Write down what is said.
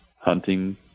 hunting